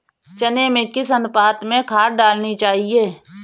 चने में किस अनुपात में खाद डालनी चाहिए?